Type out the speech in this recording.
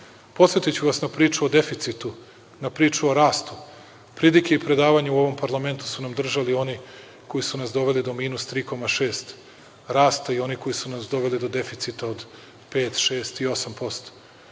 znamo. Podsetiću vas na priču o deficitu, na priču o rastu. Pridike i predavanja u ovom parlamentu su nam držali oni koji su nas doveli do minus 3,6% rasta i oni koji su nas doveli do deficita od 5, 6, i 8%.